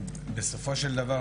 בסופו של דבר,